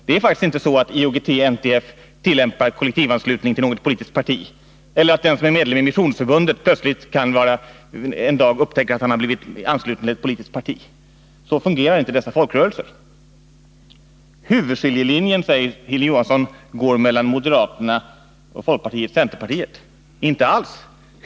Det är faktiskt inte så att IOGT-NTF tillämpar kollektivanslutning till något politiskt parti eller att den som är medlem i Missionsförbundet plötsligt en dag kan upptäcka att han har blivit ansluten till ett politiskt parti. Så fungerar inte dessa folkrörelser. Huvudskiljelinjen, säger Hilding Johansson, går mellan å ena sidan moderaterna och å andra sidan folkpartiet och centerpartiet. Nej, inte alls.